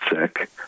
sick